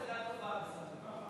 מי נמנע?